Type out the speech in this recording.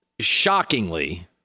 Shockingly